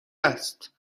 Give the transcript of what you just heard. است